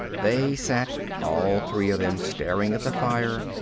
they sat, all three of them, staring at the fire,